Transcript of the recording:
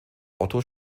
otto